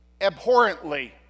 abhorrently